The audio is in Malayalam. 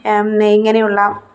ഇങ്ങനെയുള്ള